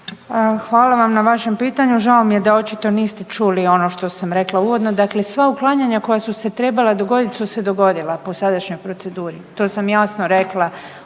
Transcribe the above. Hvala vam na vašem pitanju. Žao mi je da očito niste čuli ono što sam rekla uvodno, dakle sva uklanjanja koja su se trebala dogodit su se dogodila po sadašnjoj proceduri. To sam jasno rekla